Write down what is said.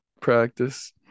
practice